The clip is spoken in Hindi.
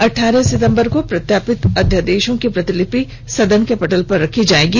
अठारह सिंतबर को प्रत्यापित अध्यादेशों की प्रतिलिपि सदन के पटल पर रखी जाएगी